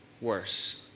worse